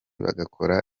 bagakora